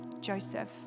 Joseph